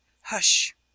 hush